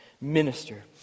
Minister